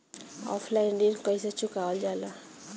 Offline ऋण कइसे चुकवाल जाला?